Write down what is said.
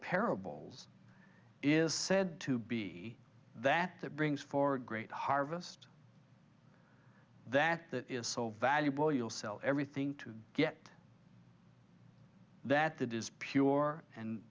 parables is said to be that that brings for great harvest that that is so valuable you'll sell everything to get that that is pure and